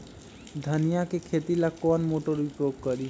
धनिया के खेती ला कौन मोटर उपयोग करी?